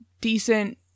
decent